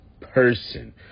person